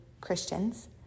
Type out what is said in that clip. Christians